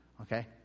Okay